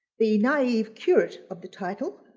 the naive curate of the title.